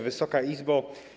Wysoka Izbo!